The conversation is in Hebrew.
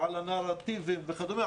ועל הנרטיביים וכדומה,